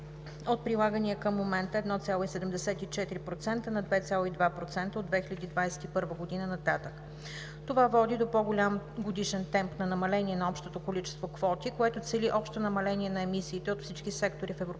от прилагания към момента 1,74% на 2,2% от 2021 г. нататък. Това води до по-голям годишен темп на намаление на общото количество квоти, което цели общо намаление на емисиите от всички сектори в Европейската